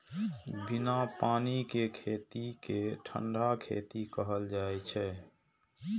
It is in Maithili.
बिना पानि के खेती कें ठंढा खेती कहल जाइ छै